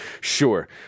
sure